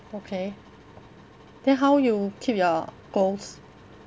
okay then how you keep your goals